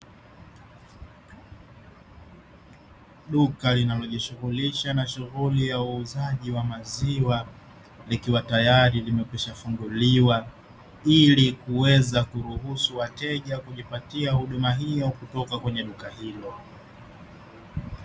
Duka linalo jishughulisha na shughuli za uuzaji wa maziwa likiwa tayari limekwisha funguliwa ili kuweza kuruhusu wateja kujipatia huduma hio kutoka kwenye duka hilo.